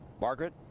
Margaret